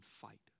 fight